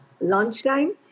lunchtime